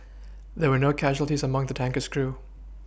there were no casualties among the tanker's crew